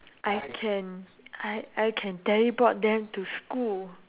I can I I can teleport them to school